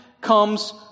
comes